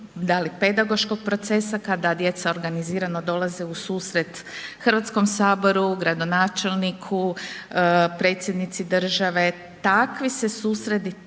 da li pedagoškog procesa kada djeca organizirano dolaze u susret Hrvatskom saboru, gradonačelniku, predsjednici Države, takvi se susreti